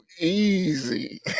easy